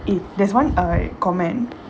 eh there's one uh comment